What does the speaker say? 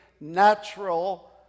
natural